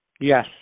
Yes